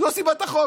זו סיבת החוק.